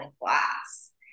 glass